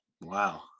Wow